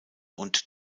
und